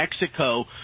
Mexico